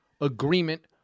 agreement